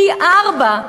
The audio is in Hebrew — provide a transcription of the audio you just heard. פי-ארבעה,